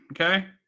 okay